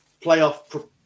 playoff